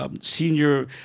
senior